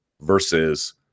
versus